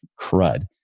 crud